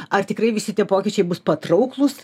ar tikrai visi tie pokyčiai bus patrauklūs